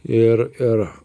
ir ir